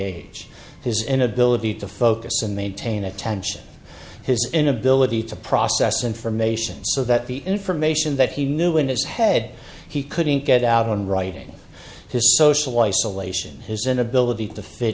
age his inability to focus and maintain attention his inability to process information so that the information that he knew in his head he couldn't get out on writing his social isolation his inability to fit